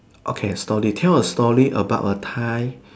okay story tell a story about a time